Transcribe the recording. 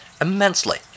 immensely